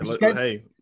Hey